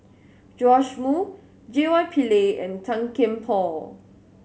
Joash Moo J Y Pillay and Tan Kian Por